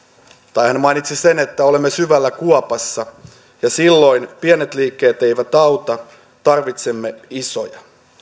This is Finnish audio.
tai hän mainitsi sen että olemme syvällä kuopassa ja silloin pienet liikkeet eivät auta tarvitsemme isoja